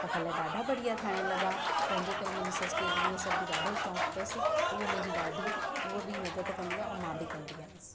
ऐं फल ॾाढा बढ़िया थियणु लॻा तंहिंजे करे मुंहिंजी सस खे हिन सभु जो ॾाढो शौक़ु अथसि त उहो मुंहिंजी ॾाढी हुआ बि मदद कंदी आहे ऐं मां बि कंदा आयासीं